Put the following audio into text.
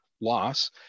loss